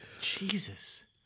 Jesus